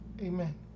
Amen